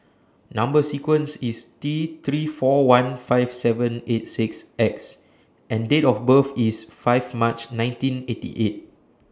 Number sequence IS T three four one five seven eight six X and Date of birth IS five March nineteen eighty eight